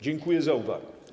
Dziękuję za uwagę.